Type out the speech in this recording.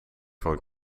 van